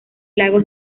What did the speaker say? lago